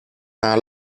can